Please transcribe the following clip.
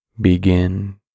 Begin